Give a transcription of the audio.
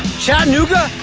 chattanooga,